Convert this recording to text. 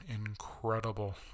incredible